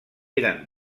eren